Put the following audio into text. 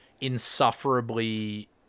insufferably